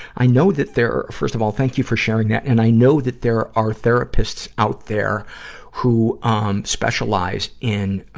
i know that there are first of all, thank you for sharing that. and i know that there are therapists out there who, um, specialize in,